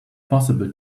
possible